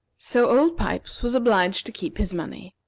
so old pipes was obliged to keep his money,